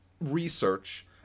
research